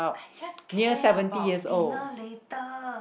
I just care about dinner later